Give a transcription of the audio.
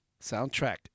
Soundtrack